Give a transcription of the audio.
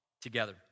together